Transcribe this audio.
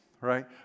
Right